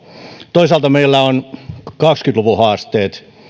toisaalta meillä on kaksikymmentä luvun haasteet